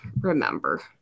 remember